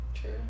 True